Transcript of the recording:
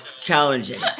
challenging